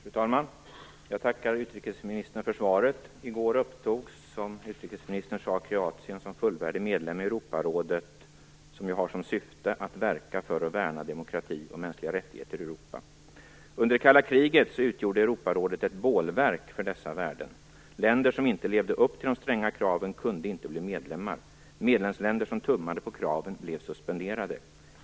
Fru talman! Jag tackar utrikesministern för svaret. I går upptogs, som utrikesministern sade, Kroatien som fullvärdig medlem i Europarådet. Europarådet har som syfte att verka för och värna demokrati och mänskliga rättigheter i Europa. Under det kalla kriget utgjorde Europarådet ett bålverk för dessa värden. Länder som inte levde upp till de stränga kraven kunde inte bli medlemmar. Medlemsländer som tummade på kraven blev suspenderade.